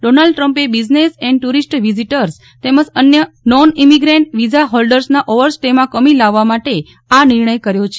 Donald ટ્રમ્પે business and tourist વિઝિટર્સના તેમજ અન્ય નોન ઈમિગ્રેન્ટ વિઝા ફોલ્ડર્સના ઓવરસ્ટેમાં કમી લાવવા માટે આ નિર્ણય કર્યો છે